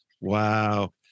Wow